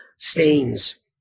stains